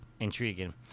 Intriguing